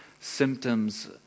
symptoms